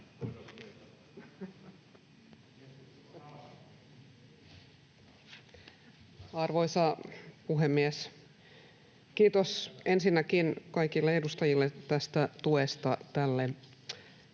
Arvoisa puhemies! Kiitos ensinnäkin kaikille edustajille tuesta tälle